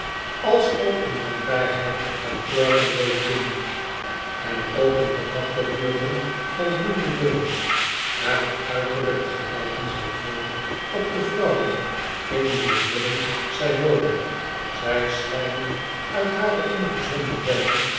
fields alsook in de nabijheid van clerckenwell green en ook in de achterbuurten van drury-lane naar t uiterlijke gelijken zij veel op de vrouwen in wier midden zij wonen zij schijnen uit hare ongezonde bedden